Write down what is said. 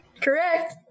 Correct